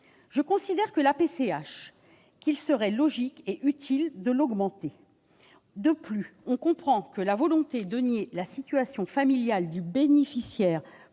je considère que c'est la PCH qu'il serait logique et utile d'augmenter. De plus, la volonté de nier la situation familiale du bénéficiaire